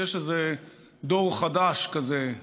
יש איזה דור חדש כזה,